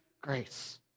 grace